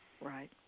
Right